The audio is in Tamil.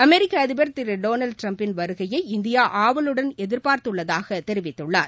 அமெரிக்க அதிபர் திரு டொனால்டு டிரம்பின் வருகையை இந்தியா எதிர்பார்த்துள்ளதாக தெரிவித்துள்ளார்